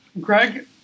Greg